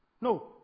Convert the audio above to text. No